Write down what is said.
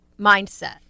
mindset